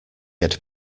had